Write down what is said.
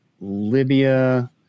Libya